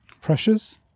pressures